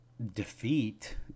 defeat